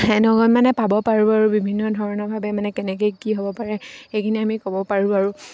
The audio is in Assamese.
এনেকুৱা মানে পাব পাৰোঁ আৰু বিভিন্ন ধৰণৰভাৱে মানে কেনেকৈ কি হ'ব পাৰে সেইখিনি আমি ক'ব পাৰোঁ আৰু